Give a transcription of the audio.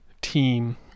team